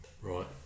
right